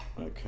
Okay